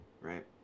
right